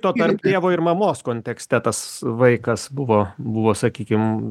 to tarp tėvo ir mamos kontekste tas vaikas buvo buvo sakykim